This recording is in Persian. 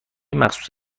مخصوص